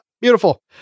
Beautiful